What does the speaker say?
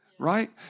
right